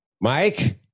Mike